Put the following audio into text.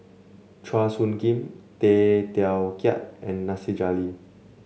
Chua Soo Khim Tay Teow Kiat and Nasir Jalil